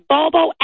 Bobo